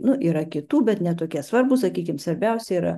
nu yra kitų bet ne tokie svarbūs sakykime svarbiausi yra